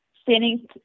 Standing